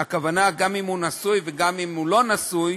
הכוונה גם אם הוא נשוי וגם אם הוא לא נשוי,